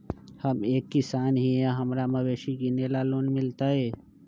हम एक किसान हिए हमरा मवेसी किनैले लोन मिलतै?